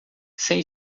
sem